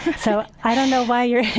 so i don't know why you're